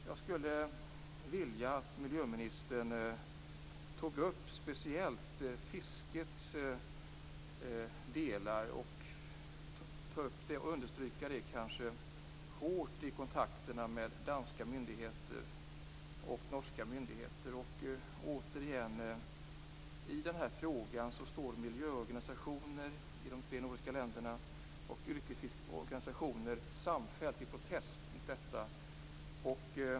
Jag skulle vilja att miljöministern speciellt tog upp fiskets betydelse och underströk det hårt i kontakterna med danska och norska myndigheter. I den här frågan går miljöorganisationer i de tre nordiska länderna och yrkesfiskarorganisationer ut i samfälld protest.